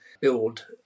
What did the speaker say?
build